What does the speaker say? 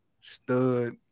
stud